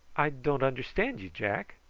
i don't understand you, jack.